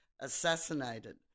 assassinated